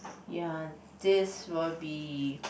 ya this will be